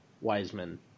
Wiseman